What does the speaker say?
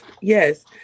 yes